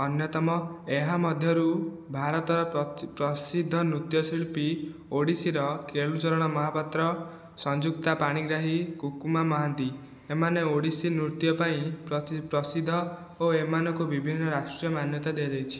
ଅନ୍ୟତମ ଏହା ମଧ୍ୟରୁ ଭାରତର ପ୍ରସିଦ୍ଧ ନୃତ୍ୟଶିଳ୍ପୀ ଓଡ଼ିଶୀର କେଳୁଚରଣ ମହାପାତ୍ର ସଂଯୁକ୍ତା ପାଣିଗ୍ରାହୀ କୁକୁମା ମହାନ୍ତି ଏମାନେ ଓଡ଼ିଶୀ ନୃତ୍ୟ ପାଇଁ ପ୍ରସିଦ୍ଧ ଓ ଏମାନଙ୍କୁ ବିଭିନ୍ନ ରାଷ୍ଟ୍ରମାନ୍ୟତା ଦିଆଯାଇଛି